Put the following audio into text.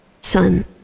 son